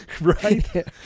Right